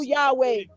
Yahweh